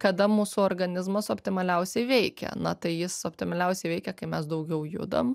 kada mūsų organizmas optimaliausiai veikia na tai jis optimaliausiai veikia kai mes daugiau judam